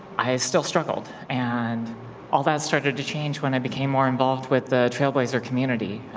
i still struggled, and all that started to change when i became more involved with the trailblazer community,